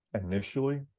initially